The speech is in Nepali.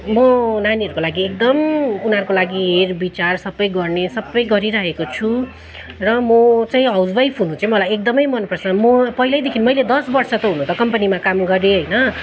म नानीहरूको लागि एकदम उनीहरूको लागि हेर विचार सबै गर्ने सबै गरिरहेको छु र म चाहिँ हाउसवाइफ हुनु चाहिँ मलाई एकदमै मनपर्छ म पहिल्यैदेखि मैले दस वर्ष त हुनु त कम्पनीमा काम गरेँ होइन